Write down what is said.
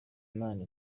imana